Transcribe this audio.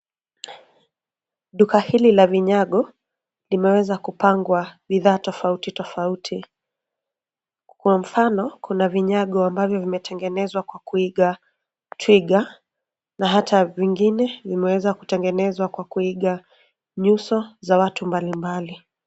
Duka hili la viyago limeweza kupangwa bidhaa tofauti tofauti. Kwa mfano, kuna vinyago ambavyo vimetengenezwa kwa kuiga twiga, na hata vingine vimeweza kutengenezwa kwa kuiga nyuso za watu mbalimbali.